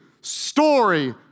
story